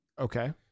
Okay